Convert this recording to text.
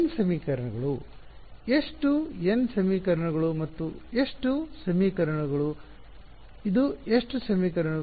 n ಸಮೀಕರಣಗಳು ಎಷ್ಟು n ಸಮೀಕರಣಗಳು ಮತ್ತು ಎಷ್ಟು ಸಮೀಕರಣಗಳು ಇದು ಎಷ್ಟು ಸಮೀಕರಣಗಳು